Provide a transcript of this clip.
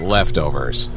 Leftovers